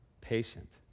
Patient